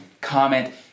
comment